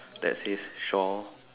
that says shore